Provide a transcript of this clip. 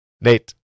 Nate